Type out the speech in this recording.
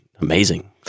amazing